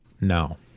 No